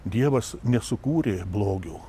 dievas nesukūrė blogio